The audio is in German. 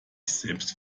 selbst